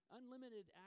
unlimited